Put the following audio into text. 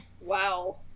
Wow